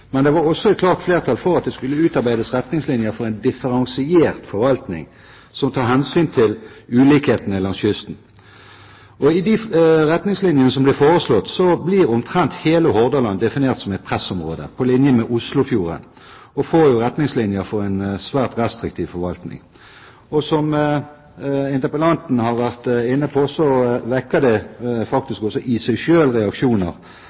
Men det var også et klart flertall for at det skulle utarbeides retningslinjer for en differensiert forvaltning som tar hensyn til ulikhetene langs kysten. I de retningslinjene som ble foreslått, blir omtrent hele Hordaland definert som et pressområde på linje med Oslofjordområdet og får retningslinjer for en svært restriktiv forvaltning. Som interpellanten har vært inne på, vekker det faktisk også i seg selv reaksjoner